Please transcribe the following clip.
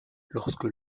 lorsque